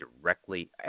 directly